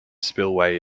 spillway